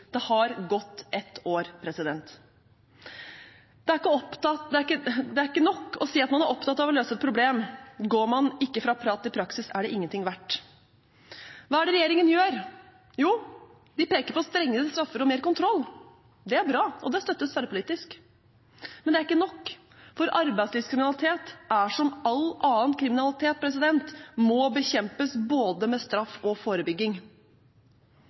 Det har gått ett år. Det er ikke nok å si at man er opptatt av å løse et problem. Går man ikke fra prat til praksis, er det ingenting verdt. Hva er det regjeringen gjør? Den peker på strengere straffer og mer kontroll. Det er bra, og det støttes tverrpolitisk. Men det er ikke nok, for arbeidslivskriminalitet er som all annen kriminalitet, den må bekjempes både med straff og forebygging.